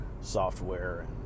software